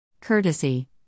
Courtesy